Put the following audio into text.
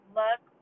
look